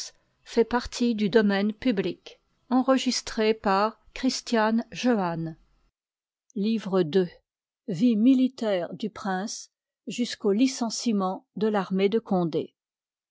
so livre il vie militaire du prince jusqu'au licenciement de l'armée de condé